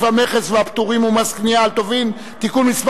המכס והפטורים ומס קנייה על טובין (תיקון מס'